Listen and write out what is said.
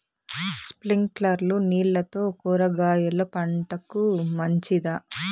స్ప్రింక్లర్లు నీళ్లతో కూరగాయల పంటకు మంచిదా?